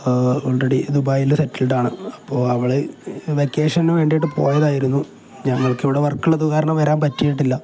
already ദുബായില് settled ആണ് അപ്പോള് അവള് വെക്കേഷന് വേണ്ടിയിട്ട് പോയതായിരുന്നു ഞങ്ങൾക്കിവിടെ വർക്കുള്ളത് കാരണം വരാൻ പറ്റിയിട്ടില്ല